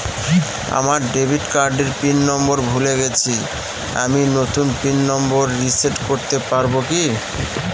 আমার ডেবিট কার্ডের PIN number ভুলে গেছি আমি নূতন পিন নম্বর রিসেট করতে পারবো কি?